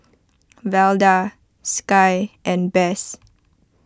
Velda Sky and Bess